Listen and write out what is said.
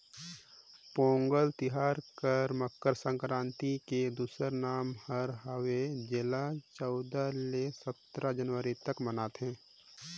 पोगंल तिहार हर मकर संकरांति के दूसरा नांव हर हवे जेला चउदा ले सतरा जनवरी तक मनाथें